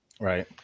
Right